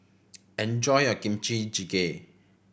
enjoy your Kimchi Jjigae